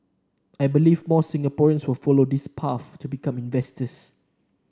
I believe more Singaporeans will follow this path to become inventors